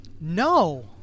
no